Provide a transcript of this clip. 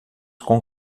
com